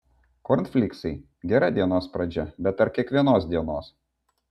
kornfleiksai gera dienos pradžia bet ar kiekvienos dienos